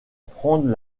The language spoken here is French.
prendre